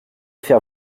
faire